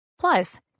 Plus